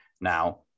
now